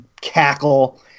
cackle